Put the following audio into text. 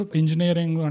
engineering